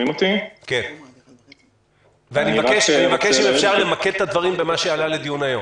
אני מבקש למקד את הדברים במה שעלה לדיון היום.